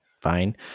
fine